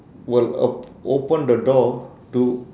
will op~ open the door to